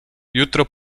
jutro